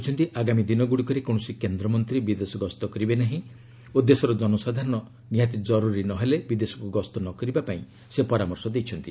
ପ୍ରଧାନମନ୍ତ୍ରୀ କହିଛନ୍ତି ଆଗାମୀ ଦିନଗୁଡ଼ିକରେ କୌଣସି କେନ୍ଦ୍ର ମନ୍ତ୍ରୀ ବିଦେଶ ଗସ୍ତ କରିବେ ନାହିଁ ଓ ଦେଶର ଜନସାଧାରଣ ନିହାତି ଜରୁରୀ ନ ହେଲେ ବିଦେଶକୁ ଗସ୍ତ ନ କରିବା ପାଇଁ ସେ ପରାମର୍ଶ ଦେଇଛନ୍ତି